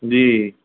जी